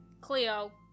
Cleo